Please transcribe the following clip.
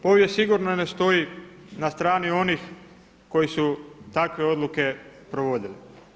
Povijest sigurno ne stoji na strani onih koji su takve odluke provodili.